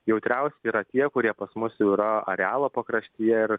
jautriausi yra tie kurie pas mus jau yra arealo pakraštyje ir